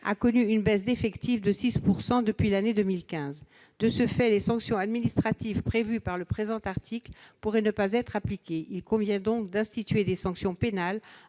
a connu une baisse d'effectif de 6 % depuis l'année 2015. De ce fait, les sanctions administratives prévues par le présent article pourraient ne pas être appliquées. Il convient donc d'instituer des sanctions pénales.